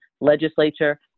legislature